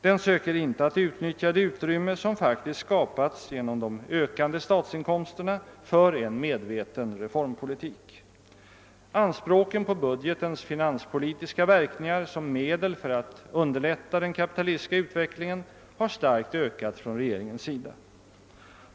Den söker inte utnyttja det utrymme som faktiskt skapats genom de ökande statsinkomsterna för en medveten reformpolitik. Anspråken på budgetens finanspolitiska verkningar som medel för att underlätta den kapitalistiska utvecklingen har starkt ökat från regeringens sida.